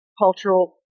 cultural